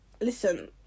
listen